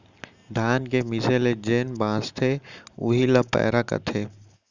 धान के मीसे ले जेन बॉंचथे उही ल पैरा कथें